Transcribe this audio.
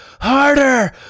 harder